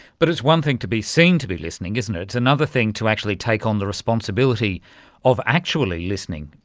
but it's one thing to be seen to be listening, isn't it, it's another thing to actually take on the responsibility of actually listening.